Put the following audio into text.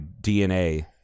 DNA